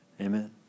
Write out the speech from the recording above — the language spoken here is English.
Amen